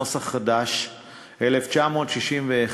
1961,